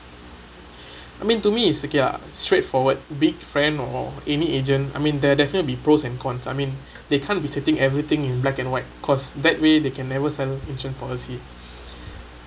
I mean to me is okay lah straightforward big friend or any agent I mean there definitely be pros and cons I mean they can't of be stating everything in black and white because that way they can never settle insurance policy